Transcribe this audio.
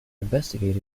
investigating